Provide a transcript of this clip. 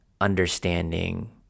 understanding